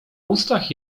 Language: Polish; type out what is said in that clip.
ustach